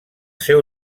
seu